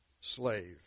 slave